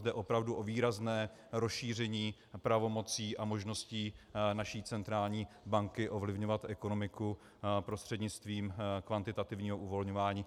Jde opravdu o výrazné rozšíření pravomocí a možností naší centrální banky ovlivňovat ekonomiku prostřednictvím kvantitativního uvolňování.